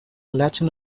latin